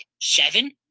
Seven